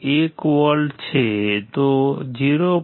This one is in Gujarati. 1V છે તો 0